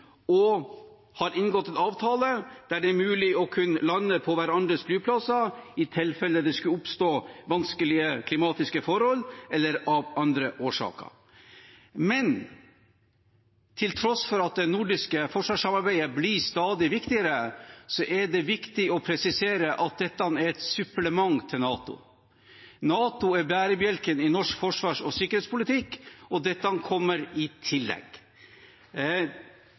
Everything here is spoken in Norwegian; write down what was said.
og de har inngått en avtale som gjør det mulig å kunne lande på hverandres flyplasser i tilfelle det skulle oppstå vanskelige klimatiske forhold, eller av andre årsaker. Men til tross for at det nordiske forsvarssamarbeidet blir stadig viktigere, er det viktig å presisere at dette er et supplement til NATO. NATO er bærebjelken i norsk forsvars- og sikkerhetspolitikk, og dette kommer i tillegg.